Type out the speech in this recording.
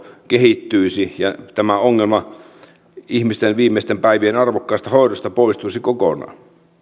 kehittyisi ja tämä ongelma ihmisten viimeisten päivien arvokkaasta hoidosta poistuisi kokonaan